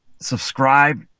subscribe